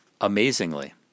Amazingly